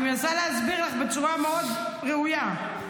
אני מנסה להסביר לך בצורה ראויה מאוד.